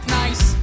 nice